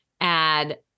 add